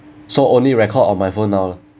so only record on my phone now